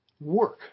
work